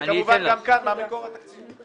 וכמובן גם כאן מה המקור התקציבי.